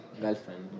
girlfriend